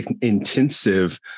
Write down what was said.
intensive